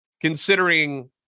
considering